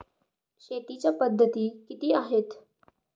शेतीच्या पद्धती किती आहेत?